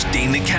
Dana